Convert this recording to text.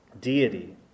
deity